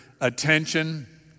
attention